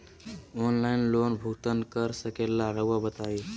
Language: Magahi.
ऑनलाइन लोन भुगतान कर सकेला राउआ बताई?